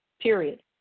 period